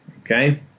okay